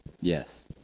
yes